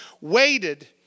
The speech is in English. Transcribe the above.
waited